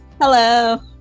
Hello